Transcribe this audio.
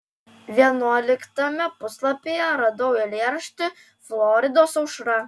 vienuoliktame puslapyje radau eilėraštį floridos aušra